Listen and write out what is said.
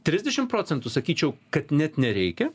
trisdešim procentų sakyčiau kad net nereikia